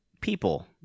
People